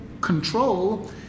control